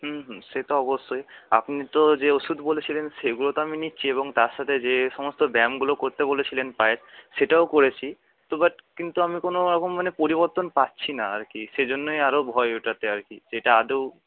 হুম হুম সে তো অবশ্যই আপনি তো যে ওষুধ বলেছিলেন সেগুলো তো আমি নিচ্ছি এবং তার সাথে যে সমস্ত ব্যায়ামগুলো করতে বলেছিলেন পায়ের সেটাও করেছি তো বাট কিন্তু আমি কোনোরকম মানে পরিবর্তন পাচ্ছি না আর কি সেজন্যই আরও ভয় ওটাতে আর কি যে এটা আদৌ